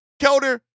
Kelder